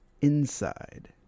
Inside